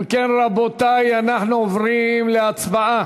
אם כן, רבותי, אנחנו עוברים להצבעה.